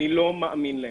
אני לא מאמין להם.